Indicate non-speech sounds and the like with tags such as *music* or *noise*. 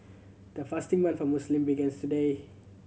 the fasting month for Muslim began *unintelligible* today